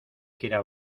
quiera